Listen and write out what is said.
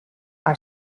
our